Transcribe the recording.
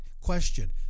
question